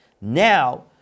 now